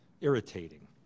irritating